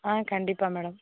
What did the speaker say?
ஆ கண்டிப்பாக மேடம்